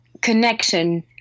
connection